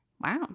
Wow